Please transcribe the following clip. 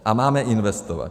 A máme investovat.